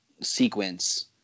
sequence